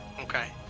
Okay